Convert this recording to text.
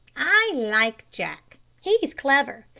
i like jack he's clever.